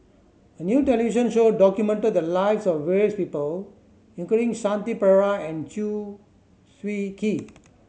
a new television show documented the lives of various people including Shanti Pereira and Chew Swee Kee